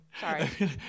sorry